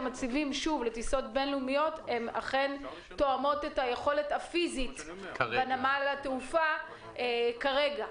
מציבים לטיסות בין-לאומיות תואמות את היכולת הפיזית בנמל התעופה כרגע.